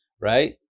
right